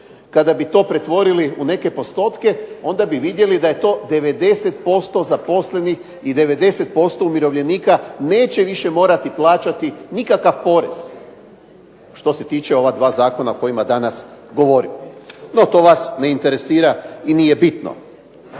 Kada bi to pretvorili u neke postotke onda bi vidjeli da je to 90% zaposlenih i 90% umirovljenika neće više morati plaćati nikakav porez, što se tiče ova dva zakona o kojima danas govorimo. No to vas ne interesira i nije bitno.